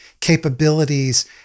capabilities